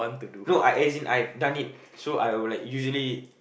no I as in I have done it so I would like usually